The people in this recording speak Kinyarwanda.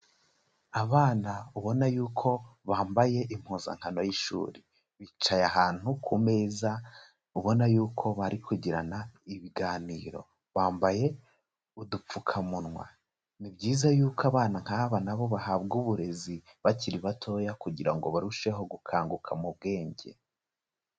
Abana ubona yuko bambaye impuzankano y'ishuri, bicaye ahantu ku meza ubona yuko bari kugirana ibiganiro, bambaye udupfukamunwa, ni byiza yuko abana nk'aba na bo bahabwa uburezi bakiri batoya kugira ngo barusheho gukanguka mu bwenge.